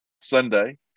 Sunday